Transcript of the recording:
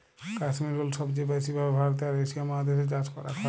Kashmir wool সবচে ব্যাসি ভাবে ভারতে আর এশিয়া মহাদেশ এ চাষ করাক হয়ক